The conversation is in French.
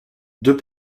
deux